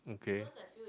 okay